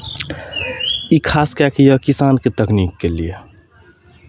ई खास कऽ कऽ यए किसानके तकनीकके लिए